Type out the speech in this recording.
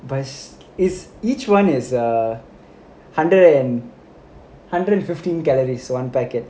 but each one is err under hundred and fifteen calories one packet